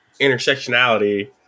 intersectionality